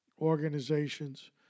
organizations